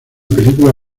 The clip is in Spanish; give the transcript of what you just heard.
película